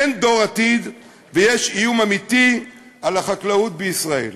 אין דור עתיד, ויש איום אמיתי על החקלאות בישראל.